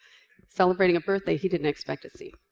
celebrating a birthday he didn't expect to see.